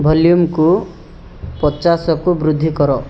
ଭଲ୍ୟୁମକୁ ପଚାଶକୁ ବୃଦ୍ଧି କର